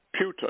Putin